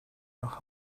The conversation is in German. nach